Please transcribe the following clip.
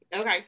Okay